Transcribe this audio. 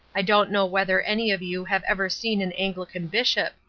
i don't know whether any of you have ever seen an anglican bishop.